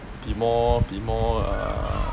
be more be more uh